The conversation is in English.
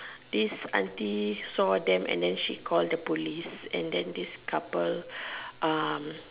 this aunty saw them and then she call the police and then this couple um